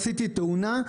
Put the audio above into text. עשיתי תאונה,